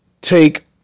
take